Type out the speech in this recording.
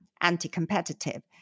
anti-competitive